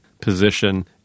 position